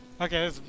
Okay